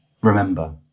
remember